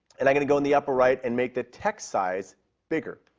and i'm going to go in the upper right and make the text size bigger.